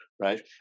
right